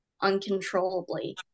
uncontrollably